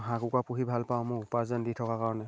হাঁহ কুকুৰা পুহি ভাল পাওঁ মোৰ উপাৰ্জন দি থকাৰ কাৰণে